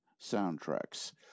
soundtracks